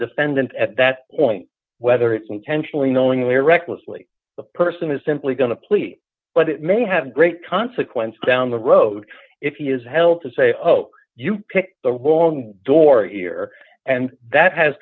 defendant at that point whether it's intentionally knowingly or recklessly the person is simply going to plead but it may have great consequences down the road if you use hell to say oh you picked the wrong door here and that has